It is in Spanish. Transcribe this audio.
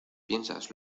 piensas